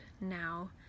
now